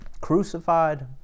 crucified